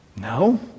No